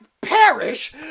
perish